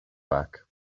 back